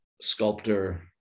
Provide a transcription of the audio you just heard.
sculptor